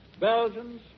Belgians